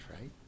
right